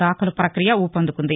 దాఖలు పక్రియ ఊపందుకుంది